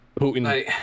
Putin